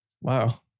Wow